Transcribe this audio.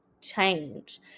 change